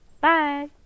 Bye